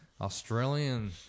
Australian